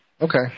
Okay